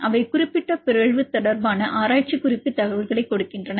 அவை குறிப்பிட்ட பிறழ்வு தொடர்பான ஆராய்ச்சி குறிப்பு தகவல்களைக் கொடுக்கின்றன